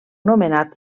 nomenat